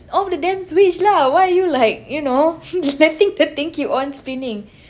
off the damn switch lah why are you like you know letting the thing keep on spinning